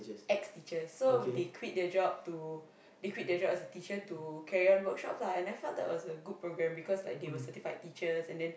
ex teachers so they quit their job to they quit their job as a teacher to carry on workshops lah and I felt that was a good program because like they were certified teachers and then